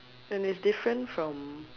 and it's different from